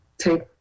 take